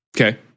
okay